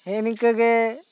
ᱦᱮᱸ ᱱᱤᱠᱟ ᱜᱮ